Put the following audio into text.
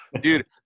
dude